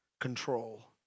control